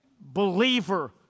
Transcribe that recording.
believer